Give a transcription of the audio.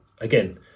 again